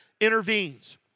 intervenes